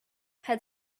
had